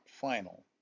final